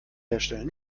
herstellen